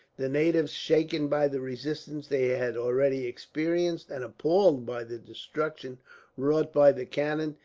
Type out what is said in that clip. the natives, shaken by the resistance they had already experienced, and appalled by the destruction wrought by the cannon,